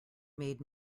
made